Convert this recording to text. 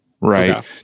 right